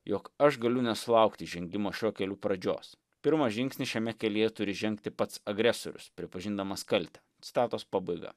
jog aš galiu nesulaukti žengimo šiuo keliu pradžios pirmą žingsnį šiame kelyje turi žengti pats agresorius pripažindamas kaltę citatos pabaiga